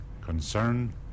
concern